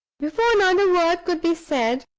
before another word could be said,